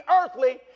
earthly